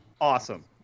awesome